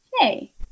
Hey